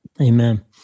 Amen